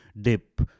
dip